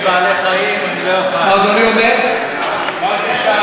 רבותי, סגרתי את רשימת הדוברים.